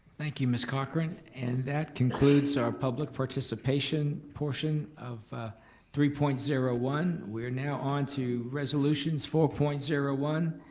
thank you ms. cochran, and that concludes our public participation portion of three point zero one. we're now onto resolutions, four point zero one,